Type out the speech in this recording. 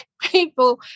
people